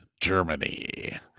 Germany